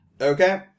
okay